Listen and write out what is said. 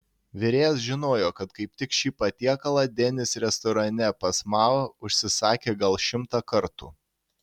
virėjas žinojo kad kaip tik šį patiekalą denis restorane pas mao užsisakė gal šimtą kartų